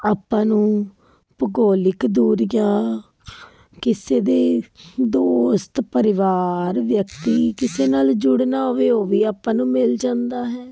ਆਪਾਂ ਨੂੰ ਭੂਗੋਲਿਕ ਦੂਰੀਆਂ ਕਿਸੇ ਦੇ ਦੋਸਤ ਪਰਿਵਾਰ ਵਿਅਕਤੀ ਕਿਸੇ ਨਾਲ ਜੁੜਨਾ ਹੋਵੇ ਉਹ ਵੀ ਆਪਾਂ ਨੂੰ ਮਿਲ ਜਾਂਦਾ ਹੈ